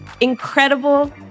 incredible